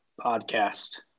podcast